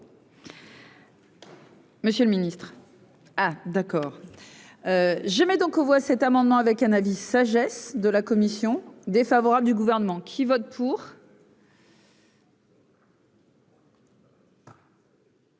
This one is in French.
Monsieur le ministre. Ah d'accord j'émets donc on voit cet amendement avec cannabis sagesse de la commission défavorable du gouvernement qui vote pour.